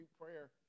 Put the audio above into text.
prayer